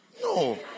No